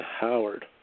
Howard